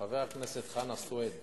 חבר הכנסת חנא סוייד,